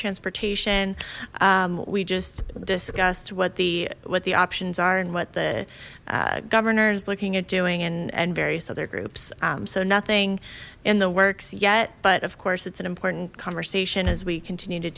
transportation we just discussed what the what the options are and what the governor is looking at doing in various other groups so nothing in the works yet but of course it's an important conversation as we continue to